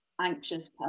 anxious